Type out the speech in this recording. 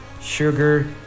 sugar